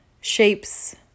shapes